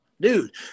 dude